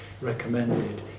recommended